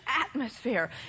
atmosphere